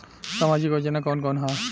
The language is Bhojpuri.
सामाजिक योजना कवन कवन ह?